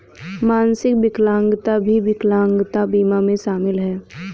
मानसिक विकलांगता भी विकलांगता बीमा में शामिल हैं